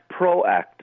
proactive